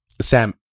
Sam